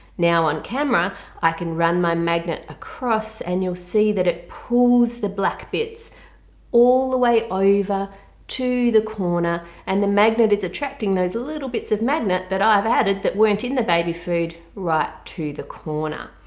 now on camera i can run my magnet across and you'll see that it pulls the black bits all the way over to the corner and the magnet is attracting attracting those little bits of magnet that i have added that weren't in the baby food right to the corner.